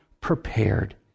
prepared